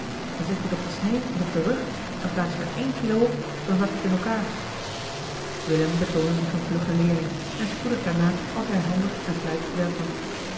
maar zet je het op de snee of op den rug en plaats je er eén kilo op dan zakt het in elkaar willem betoonde zich een vluggen leerling en spoedig daarna was hij een handig en vlijtig werkman